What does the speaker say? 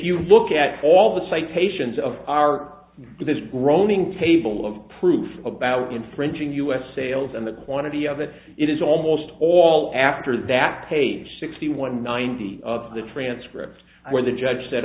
you look at all the citations of our this groaning table of proof about infringing u s sales and the quantity of it it is almost all after that page sixty one ninety of the transcript where the judge said